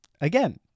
Again